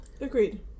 Agreed